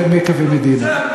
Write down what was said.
אחרי מכה ומדינה.